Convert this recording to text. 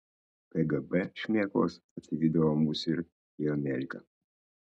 kgb šmėklos atsivydavo mus ir į ameriką